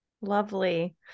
Lovely